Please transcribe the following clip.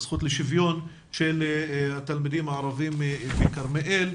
בזכות לשוויון של התלמידים הערבים מכרמיאל,